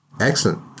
Excellent